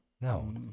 No